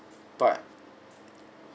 but